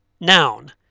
Noun